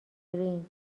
گرین